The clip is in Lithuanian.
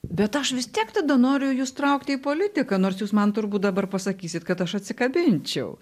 bet aš vis tiek tada noriu jus traukti į politiką nors jūs man turbūt dabar pasakysite kad aš atsikabinčiau